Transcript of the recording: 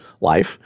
life